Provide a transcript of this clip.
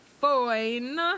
fine